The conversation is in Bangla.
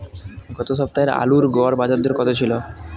গত সপ্তাহে আলুর গড় বাজারদর কত ছিল?